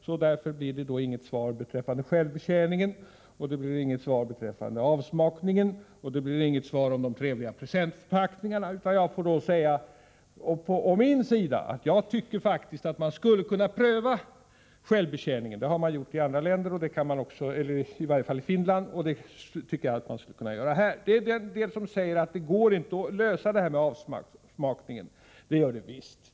Således får jag inget svar beträffande självbetjäningen, det blir inget svar beträffande avsmakningen och inget svar beträffande de trevliga presentförpackningarna. Jag får då å min sida säga att jag faktiskt tycker att man skulle kunna pröva självbetjäning — det har man gjort i åtminstone Finland. Detta kan man pröva här också. En del människor säger att man inte kan lösa problemet med provsmakningen. Det kan man visst!